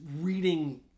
reading